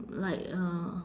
like a